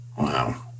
Wow